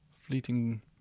fleeting